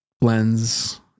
blends